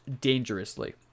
dangerously